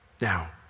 Now